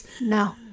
No